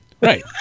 Right